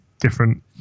different